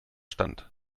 stand